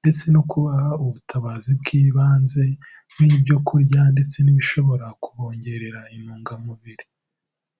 ndetse no kubaha ubutabazi bw'ibanze, bw'ibyo kurya ndetse n'ibishobora kubongerera intungamubiri.